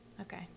Okay